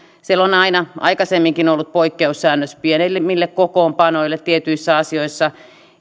siellä on aina aikaisemminkin ollut poikkeussäännös pienemmille kokoonpanoille tietyissä asioissa